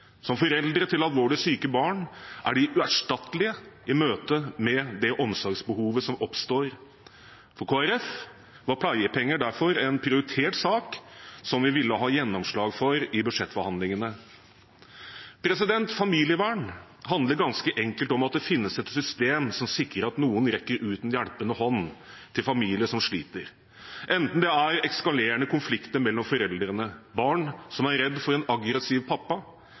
Som foreldre til alvorlig syke barn er de uerstattelige i møte med det omsorgsbehovet som oppstår. For Kristelig Folkeparti var pleiepenger derfor en prioritert sak som vi ville ha gjennomslag for i budsjettforhandlingene. Familievern handler ganske enkelt om at det finnes et system som sikrer at noen rekker ut en hjelpende hånd til familier som sliter, enten det gjelder eskalerende konflikter mellom foreldrene, barn som er redd for en aggressiv pappa,